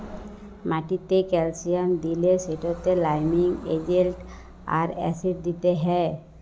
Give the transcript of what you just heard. মাটিতে ক্যালসিয়াম দিলে সেটতে লাইমিং এজেল্ট আর অ্যাসিড দিতে হ্যয়